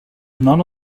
none